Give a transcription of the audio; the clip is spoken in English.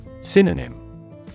Synonym